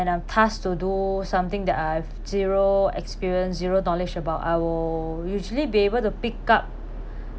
and I'm tasked to do something that I have zero experience zero knowledge about I will usually be able to pick up